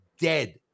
dead